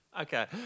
Okay